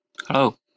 Hello